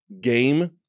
game